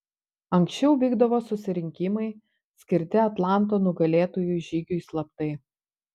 anksčiau vykdavo susirinkimai skirti atlanto nugalėtojų žygiui slaptai